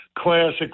classic